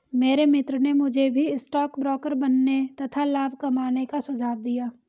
मेरे मित्र ने मुझे भी स्टॉक ब्रोकर बनने तथा लाभ कमाने का सुझाव दिया